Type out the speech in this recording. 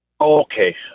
Okay